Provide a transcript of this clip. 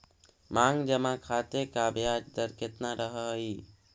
मांग जमा खाते का ब्याज दर केतना रहअ हई